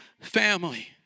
family